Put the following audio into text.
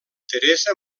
teresa